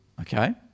Okay